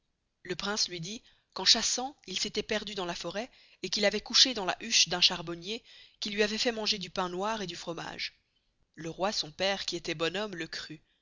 le prince luy dit qu'en chassant il s'estait perdu dans la forest et qu'il avait couché dans la hutte d'un charbonnier qui luy avoit fait manger du pain noir et du fromage le roi son pere qui estoit bon homme le crut